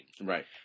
right